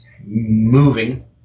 moving